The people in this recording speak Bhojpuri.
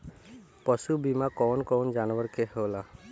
पशु बीमा कौन कौन जानवर के होला?